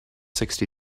sixty